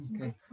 Okay